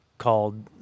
called